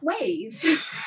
wave